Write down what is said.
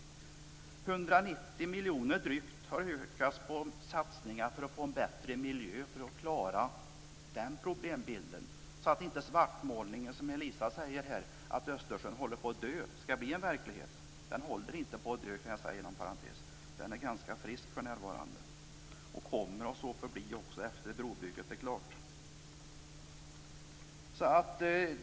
Drygt 190 miljoner av ökningen är satsningar på att få en bättre miljö och för att klara problembilden så att inte den svartmålning som Elisa Abascal Reyes här gör när hon säger att Östersjön håller på att dö skall bli verklighet. Inom parentes kan jag säga att Östersjön inte håller på att dö. Den är för närvarande ganska frisk, och det är klart att den kommer att så förbli också efter brobygget.